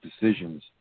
decisions